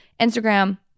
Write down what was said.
Instagram